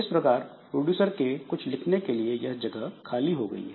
इस प्रकार प्रोड्यूसर के कुछ लिखने के लिए यह जगह खाली हो गई है